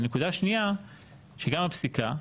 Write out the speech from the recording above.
הנקודה השנייה שגם היא בפסיקה.